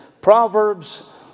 Proverbs